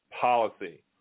policy